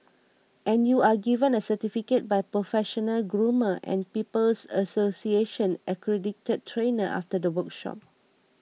and you are given a certificate by professional groomer and People's Association accredited trainer after the workshop